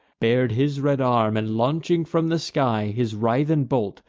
bar'd his red arm, and, launching from the sky his writhen bolt,